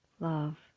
love